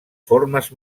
formes